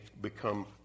become